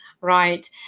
Right